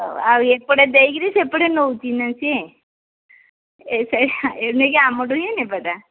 ହଉ ଆଉ ଏପଟେ ଦେଇକିରି ସେପଟେ ନଉଛି ନା ସିଏ ସେ ଏ ନେଇକି ଆମଠୁ ହିଁ ନେବାଟା